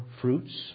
fruits